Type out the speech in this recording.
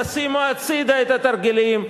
תשימו הצדה את התרגילים,